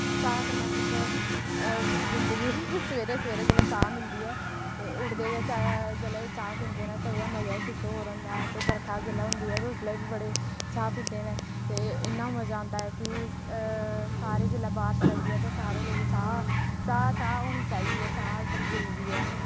चाह् कन्नै कुछ जिंदगी सवेरे सवेरे जेल्लै चाह् मिलदी ऐ ते उठदे गै चाहे जेल्लै चाह् पींदे न ते ओह्दा मजा गै कुछ होर होंदा ऐ ते बरखा जेल्लै होंदी ऐ ते उसलै बी बड़े चाह् पींदे न ते इन्ना मजा औंदा ऐ कि सारै जिल्लै बारश लगदी ऐ ते सारे लोक चाह् चाह् चाह् होनी चाही दी ऐ चाह् बड़ी जरूरी ऐ